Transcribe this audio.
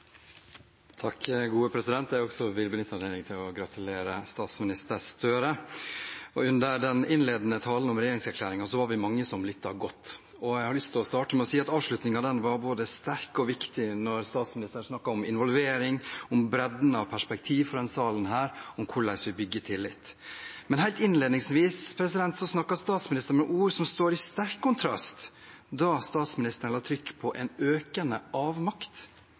jeg vil benytte anledningen til å gratulere statsminister Støre. Under den innledende talen om regjeringserklæringen var vi mange som lyttet godt. Jeg har lyst til å starte med å si at avslutningen var både sterk og viktig, da statsministeren snakket om involvering, om bredden av perspektiver fra denne salen om hvordan vi bygger tillit. Men helt innledningsvis snakket statsministeren med ord som står i sterk kontrast til det. Da la statsministeren trykk på en økende avmakt